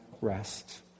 rest